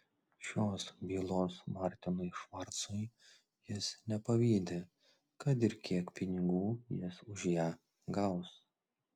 šios bylos martinui švarcui jis nepavydi kad ir kiek pinigų jis už ją gaus